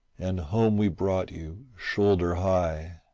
and home we brought you shoulder-high.